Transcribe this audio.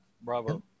Bravo